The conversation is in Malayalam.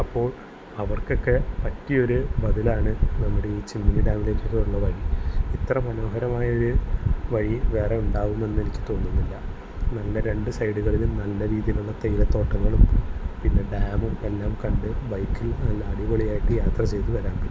അപ്പോൾ അവർക്കൊക്കെ പറ്റിയൊരു മുതലാണ് നമ്മുടെ ഈ ചിമ്മിനി ഡാമിലേക്കുള്ള വഴി ഇത്ര മനോഹരമായൊരു വഴി വേറെയുണ്ടാവുമെന്ന് എനിക്ക് തോന്നുന്നില്ല നല്ല രണ്ട് സൈഡുകളിലും നല്ല രീതിയിലുള്ള തേയില തോട്ടങ്ങളും പിന്നെ ഡാമും എല്ലാം കണ്ട് ബൈക്കിൽ നല്ല അടിപൊളിയായിട്ട് യാത്ര ചെയ്ത് വരാൻ പറ്റും